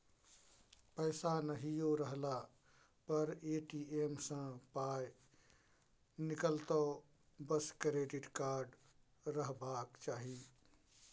पैसा नहियो रहला पर ए.टी.एम सँ पाय निकलतौ बस क्रेडिट कार्ड रहबाक चाही